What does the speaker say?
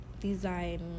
design